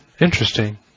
Interesting